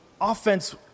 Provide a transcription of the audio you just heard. offense